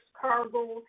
cargo